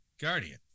guardian